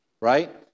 right